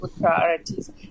priorities